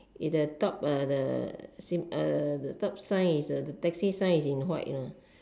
with the top uh the s~ the top sign is the taxi sign is in white lah